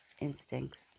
instincts